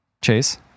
Chase